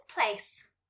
place